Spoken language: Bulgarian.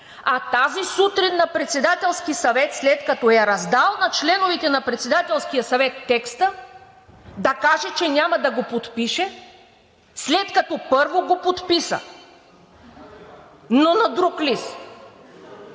а тази сутрин на Председателския съвет, след като е раздал на членовете на Председателския съвет текста, да каже, че няма да го подпише, след като първо го подписа! Но на друг лист!?